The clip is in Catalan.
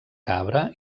cabra